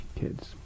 kids